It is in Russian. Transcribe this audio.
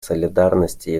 солидарности